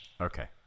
Okay